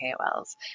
KOLs